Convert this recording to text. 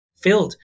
filled